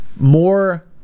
more